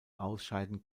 ausscheiden